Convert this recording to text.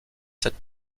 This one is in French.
cette